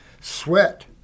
Sweat